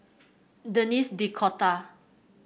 Denis D'Cotta